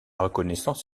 reconnaissance